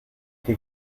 que